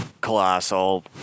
Colossal